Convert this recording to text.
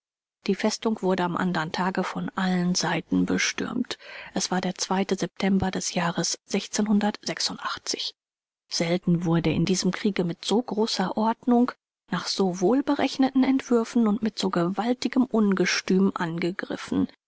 die festung wurde am andern tage von allen seiten bestürmt es war der zweite september des jahres selten wurde in diesem kriege mit so großer ordnung nach so wohlberechneten entwürfen und mit so gewaltigem ungestüm angegriffen